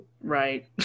right